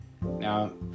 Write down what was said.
Now